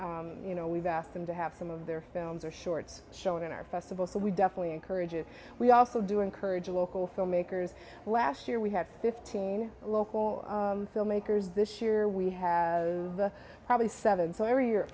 you know we've asked them to have some of their films or shorts shown in our festival so we definitely encourage and we also do encourage local filmmakers last year we had fifteen local filmmakers this year we have the probably seven so every year